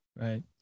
Right